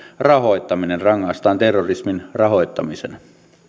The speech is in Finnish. rahoittaminen rangaistaan terrorismin rahoittamisena